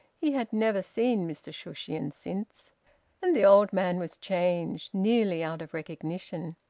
he had never seen mr shushions since. and the old man was changed, nearly out of recognition.